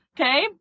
Okay